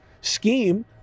scheme